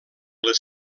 les